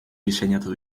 diseinatu